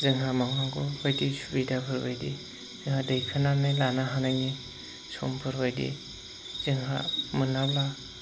जोंहा मावनांगौ बायदि सुबिदाफोरबायदि जा दिखोनानै लानो हानायनि समफोरबायदि जोंहा मोनाब्ला